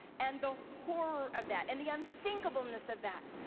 and the horror of that, and the unthinkableness of that,